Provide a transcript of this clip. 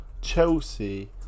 Chelsea